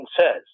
says